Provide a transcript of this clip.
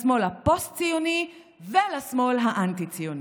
לשמאל הפוסט-ציוני ולשמאל האנטי-ציוני.